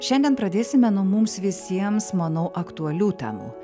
šiandien pradėsime nuo mums visiems manau aktualių temų